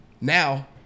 now